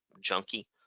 junkie